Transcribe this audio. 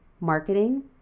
marketing